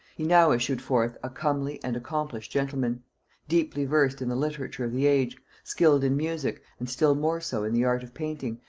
he now issued forth a comely and accomplished gentleman deeply versed in the literature of the age skilled in music, and still more so in the art of painting,